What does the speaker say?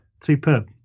Superb